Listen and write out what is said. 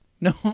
No